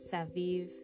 Saviv